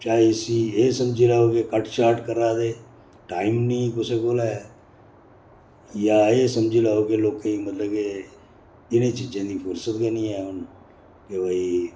चाहे इसी एह् समझी लैओ कि कट शार्ट करै दे टाइम नी कुसै कोल ऐ जां एह् समझी लैओ कि लोकें गी मतलब के इनें चीजें दी फुर्सत गै नी ऐ हून के भई